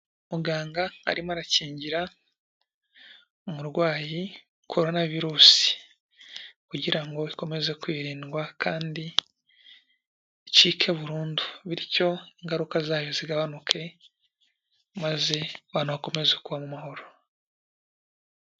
Muganga arimo arakingira umurwayi koronavirusi kugira ngo, ikomeze kwirindwa kandi icike burundu bityo ingaruka zayo zigabanuke maze abantu bakomeze kuba amahoro.